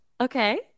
okay